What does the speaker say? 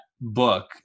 book